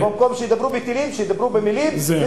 במקום שידברו בטילים, שידברו במלים, זה, זה.